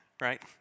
right